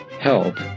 Help